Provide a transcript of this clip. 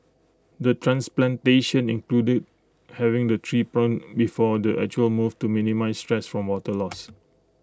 the transplantation included having the tree pruned before the actual move to minimise stress from water loss